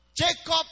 Jacob